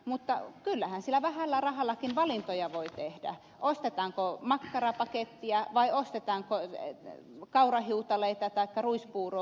mutta kyllähän sillä vähällä rahallakin valintoja voi tehdä ostetaanko makkarapaketti vai ostetaanko kaurahiutaleita taikka ruispuuroa